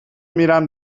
میرم